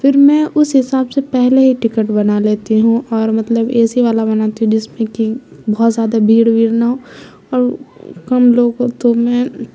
پھر میں اس حساب سے پہلے ہی ٹکٹ بنا لیتی ہوں اور مطلب اے سی والا بناتی ہوں جس میں کہ بہت زیادہ بھیڑ ویڑ نہ ہو اور کم لوگوں تو میں